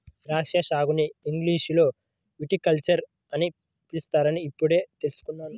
ద్రాక్షా సాగుని ఇంగ్లీషులో విటికల్చర్ అని పిలుస్తారని ఇప్పుడే తెల్సుకున్నాను